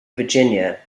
virginia